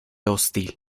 hostil